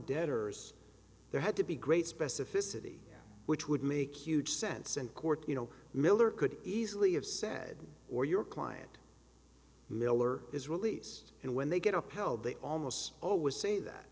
debtors there had to be great specificity which would make huge sense and court you know miller could easily have said or your client mailer is released and when they get upheld they almost always say that